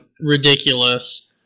ridiculous